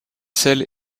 selles